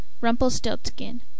Rumpelstiltskin